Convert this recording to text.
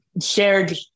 shared